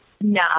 no